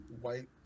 white